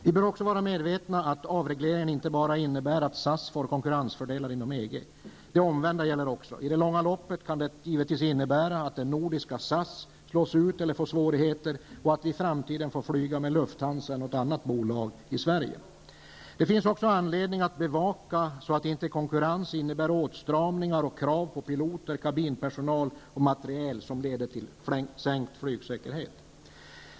Vi bör ju också vara medvetna om att avregleringen inte bara innebär att SAS får konkurrensfördelar inom EG. Det omvända gäller också. I det långa loppet kan det givetvis innebära att det nordiska SAS får svårigheter eller slås ut, och att vi i framtiden får flyga med Lufthansa eller något annat bolag i Sverige. Det finns också anledning att bevaka, så att inte konkurrensen innebär åtstramningar och sådana krav på piloter, kabinpersonal och materiel som leder till sänkt flygsäkerhet.